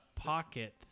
pocket